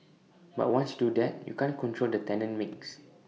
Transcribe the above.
but once do that you can't control the tenant mix